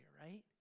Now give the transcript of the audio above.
right